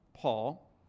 Paul